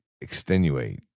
extenuate